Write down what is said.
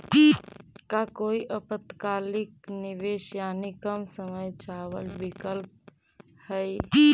का कोई अल्पकालिक निवेश यानी कम समय चावल विकल्प हई?